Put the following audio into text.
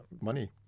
money